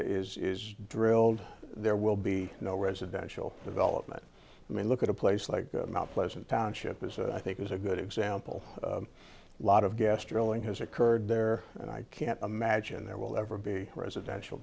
it is drilled there will be no residential development i mean look at a place like mount pleasant township as i think is a good example a lot of gas drilling has occurred there and i can't imagine there will ever be residential